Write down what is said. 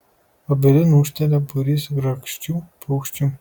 obelin ūžtelia būrys grakščių paukščių